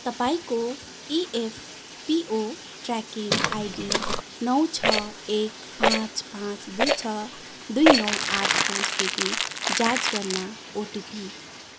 तपाईँँको EPFO tracking ID नौ छ एक पाँच पाँच दुई छ दुई नौ आठको स्थिति जाँच गर्न ओटिपी